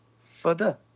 further